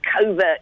covert